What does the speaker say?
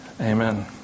Amen